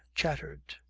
chattered.